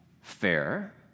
Fair